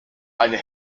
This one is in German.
eine